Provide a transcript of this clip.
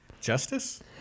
Justice